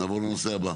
נעבור לנושא הבא.